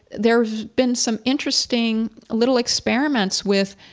there's been some interesting ah little experiments with,